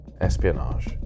espionage